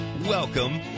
Welcome